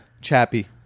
Chappie